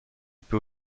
peut